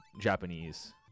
Japanese